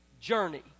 journey